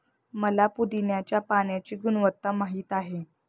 मला पुदीन्याच्या पाण्याची गुणवत्ता माहित आहे